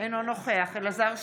אינו נוכח אלעזר שטרן,